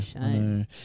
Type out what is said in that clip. Shame